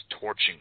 torching